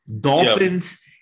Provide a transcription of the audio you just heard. Dolphins